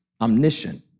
omniscient